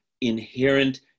inherent